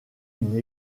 une